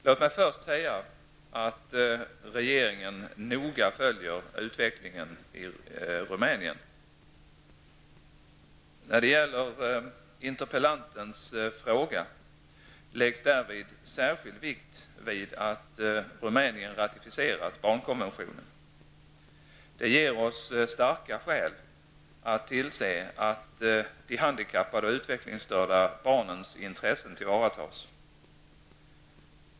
Låt mig först säga att regeringen noga följer utvecklingen i Rumänien. Vad gäller interpellantens fråga läggs därvid särskild vikt vid att Rumänien ratificerat FNs barnkonvention. Det ger oss starka skäl att tillse att de handikappade och utvecklingsstörda rumänska barnens intressen tillvaratas.